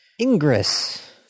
Ingress